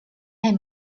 hem